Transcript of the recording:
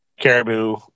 Caribou